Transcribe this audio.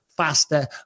faster